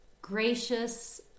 Gracious